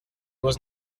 was